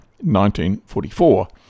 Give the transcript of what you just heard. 1944